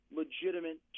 legitimate